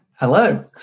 Hello